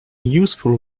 useful